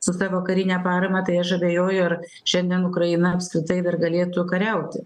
su ta va karine parama tai aš abejoju ar šiandien ukraina apskritai dar galėtų kariauti